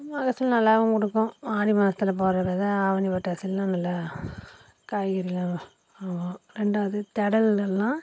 மகசூல் நல்லாவும் கொடுக்கும் ஆடி மாசத்தில் போடு ற வித ஆவணி புரட்டாசிலாம் நல்லா காய்கறியெலாம் ரெண்டாவது தெடல் எல்லாம்